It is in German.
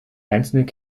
einzelne